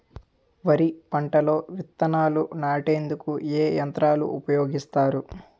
వరి పంటలో విత్తనాలు నాటేందుకు ఏ యంత్రాలు ఉపయోగిస్తారు?